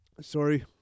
Sorry